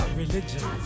religion